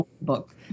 book